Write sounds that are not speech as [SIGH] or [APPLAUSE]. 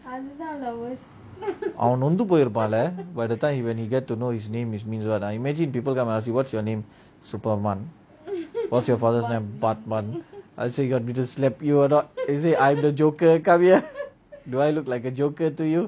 அவன் நொந்து பொய் இருப்பான்ல:avan nonthu poi irupanla by the time he get to know his name is imagine people come and ask you what's your name superman what's your father's and batman I say you want me to slap you or not as they say I'm the joker come here [LAUGHS] do I look like a joker to you